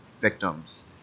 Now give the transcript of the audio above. victims